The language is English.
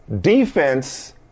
defense